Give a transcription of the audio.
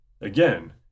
Again